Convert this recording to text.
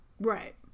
right